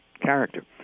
character